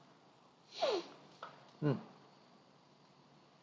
mm